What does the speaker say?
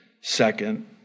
second